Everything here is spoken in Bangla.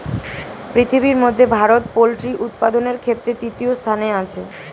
পৃথিবীর মধ্যে ভারত পোল্ট্রি উপাদানের ক্ষেত্রে তৃতীয় স্থানে আছে